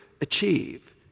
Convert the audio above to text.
achieve